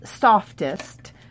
softest